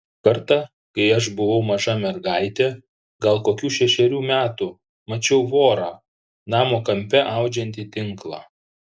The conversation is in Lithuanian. kartą kai aš buvau maža mergaitė gal kokių šešerių metų mačiau vorą namo kampe audžiantį tinklą